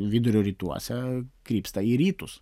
vidurio rytuose krypsta į rytus